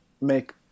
make